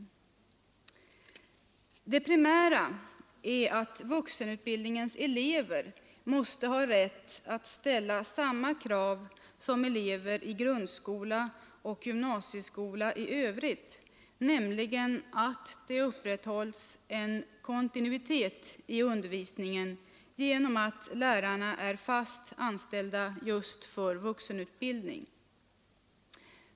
För det första måste — och det är det viktigaste — vuxenutbildningens elever ha rätt att ställa samma krav som elever i grundskola och gymnasieskola i övrigt, nämligen att det upprätthålls en kontinuitet i undervisningen genom att lärarna är fast anställda just för vuxenutbildning.